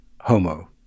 Homo